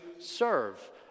serve